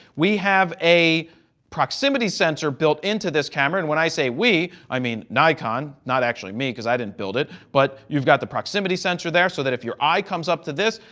we have a proximity sensor built into this camera and when i say we i mean nikon, not actually me, because i didn't build it, but you've got the proximity sensor there, so that if your eye comes up to this,